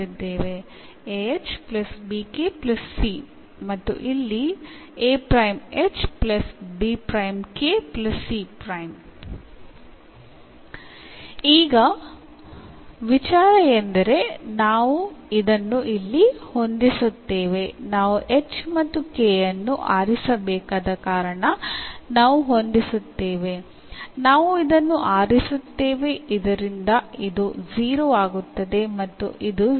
നമുക്കുള്ളത് ഇവിടെ പുതിയ പദപ്രയോഗം എന്നിവയിലായിരിക്കും പക്ഷേ നമുക്ക് ഇവിടെ എന്നീ കോൺസ്റ്റന്റ്കളും ഉണ്ട്